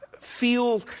feel